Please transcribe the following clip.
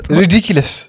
ridiculous